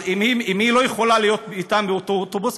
אז אם היא לא יכולה להיות אתם באותו אוטובוס,